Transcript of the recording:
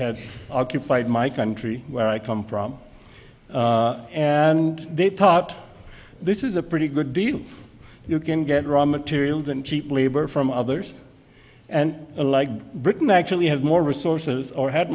had occupied my country where i come from and they thought this is a pretty good deal you can get raw materials and cheap labor from others and like britain actually has more resources or had